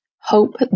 hope